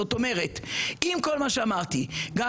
זאת אומרת: עם כל מה שאמרתי גם